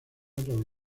otros